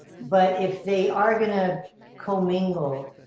but if they are gonna commingle,